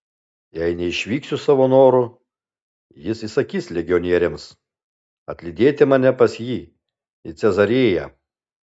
jei neišvyksiu savo noru jis įsakys legionieriams atlydėti mane pas jį į cezarėją